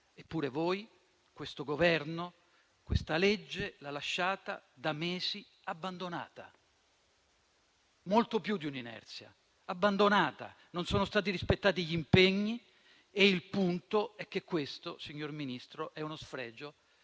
- a me duole dirlo - questa legge l'ha lasciata da mesi abbandonata. È molto più di un'inerzia. Non sono stati rispettati gli impegni e il punto è che questo, signor Ministro, è uno sfregio